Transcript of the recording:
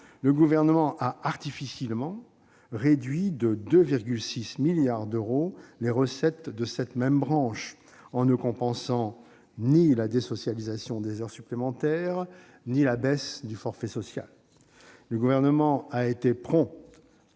le Gouvernement a artificiellement réduit de 2,6 milliards d'euros les recettes de cette même branche en ne compensant ni la désocialisation des heures supplémentaires ni la baisse du forfait social ? Le Gouvernement a été prompt à